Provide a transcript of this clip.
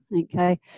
okay